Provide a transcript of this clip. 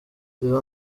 izo